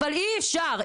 אבל אי אפשר,